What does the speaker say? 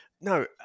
No